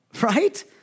Right